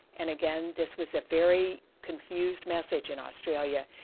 and again this was a very confused message in australia,